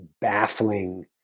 baffling